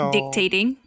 Dictating